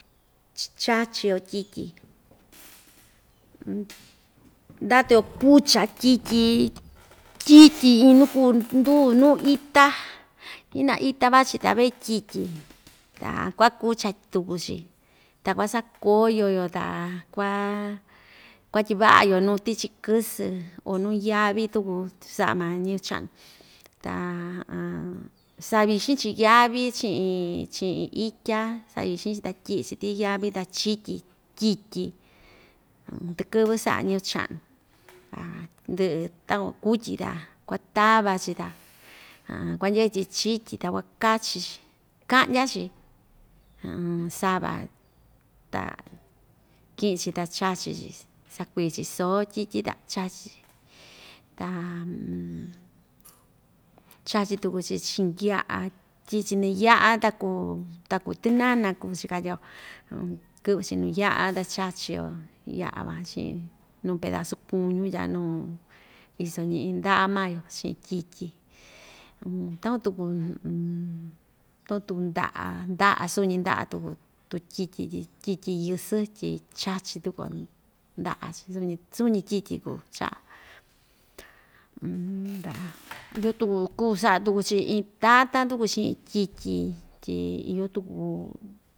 Chachi‑yo tyityi ndatu‑yo kucha tyityi tyityi iin nuu kuu ndu nu ita ji'na ita vachi te vee tyityi ta kuakucha tuku‑chi ta kuasako‑yo yo ta kua kuatyiva'a‑yo nuu tichi kɨsɨ o nuu yavi tuku tu sa'a maa ñɨvɨ cha'nu ta savixin‑chi yavi chi'in chi'in itya savixin‑chi ta tyi'i‑chi tii yavi ta chityi tyityi tɨkɨ́vɨ sa'a ñɨvɨ cha'nu ndɨ'ɨ takuan kutyi ta kuatava‑chi ta kuandye'e‑chi chityi ta kuakachi‑chi ka'ndya‑chi sava ta ki'in‑chi ta chachi‑chi sakui‑chi soo tyityi ta chachi‑chi ta chachi tuku‑chi chi'in ya'a tyi'i‑chi nuu ya'a ta kuu ta kuu tɨnana kuu‑chi katyio kɨ'vɨ‑chi nuu ya'a ta chachi‑yo ya'a van chi'in nuu pedasu kúñun tya nuu iso ñi'in nda'a maa‑yo chi'in tyityi takuan tuku takuan tuku nda'a nda'a suu‑ñi nda'a tuku tutyityi tyi tyityi yɨsɨ tyi chachi tuku‑yo nda'a‑chi suu‑ñi suu‑ñi tyityi kuu cha'a iyo tuku kuu sa'a tuku‑chi iin tatan tuku chi'in tyityi tyi iyo tuku.